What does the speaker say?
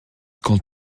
quand